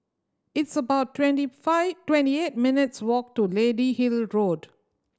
it's about twenty five twenty eight minutes' walk to Lady Hill Road